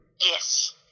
Yes